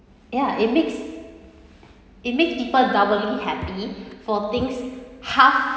yeah it makes it makes people doubly happy for things half